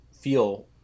feel